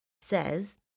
says